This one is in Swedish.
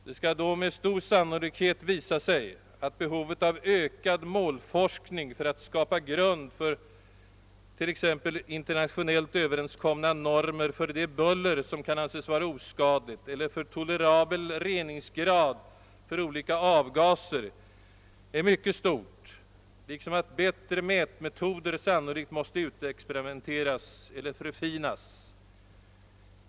Det skall då med stor sannolikhet visa sig att behovet av ökad målforskning för att skapa grund för t.ex. internationellt överenskomna normer för det buller som kan anses oskadligt eller för tolerabel reningsgrad för olika avgaser är mycket stort, liksom att bättre mätmetoder sannolikt måste utexperimenteras eller att mätmetoderna förfinas.